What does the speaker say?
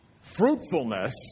fruitfulness